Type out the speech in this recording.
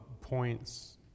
points